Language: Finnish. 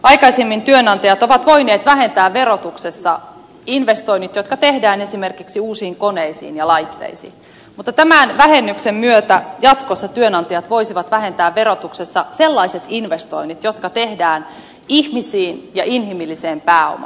aikaisemmin työnantajat ovat voineet vähentää verotuksessa investoinnit jotka tehdään esimerkiksi uusiin koneisiin ja laitteisiin mutta tämän vähennyksen myötä jatkossa työnantajat voisivat vähentää verotuksessa sellaiset investoinnit jotka tehdään ihmisiin ja inhimilliseen pääomaan